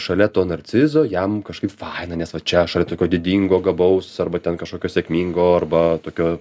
šalia to narcizo jam kažkaip faina nes va čia šalia tokio didingo gabaus arba ten kažkokio sėkmingo arba tokio